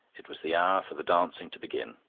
it was the hour for the dancing to begin.